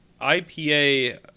IPA